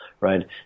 Right